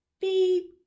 beep